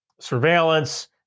surveillance